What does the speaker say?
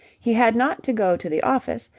he had not to go to the office,